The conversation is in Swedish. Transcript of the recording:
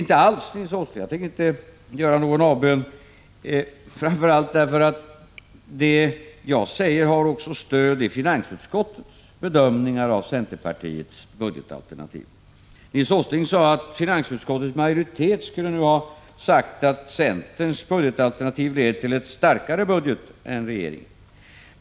Nej, Nils Åsling, jag tänker inte alls göra någon avbön — framför allt därför att det jag säger har också stöd i finansutskottets bedömningar av centerpartiets budgetalternativ. Nils Åsling sade att finansutskottets majoritet skulle ha anfört att centerns budgetalternativ leder till en starkare budget än regeringens.